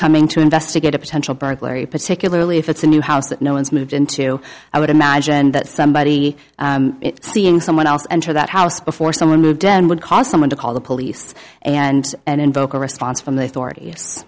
coming to investigate a potential burglary particularly if it's a new house that no one's moved into i would imagine that somebody seeing someone else enter that house before someone new den would cause someone to call the police and and invoke a response from the authorities